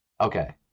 Okay